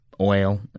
oil